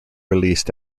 released